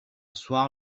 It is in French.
soir